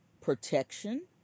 protection